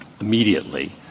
immediately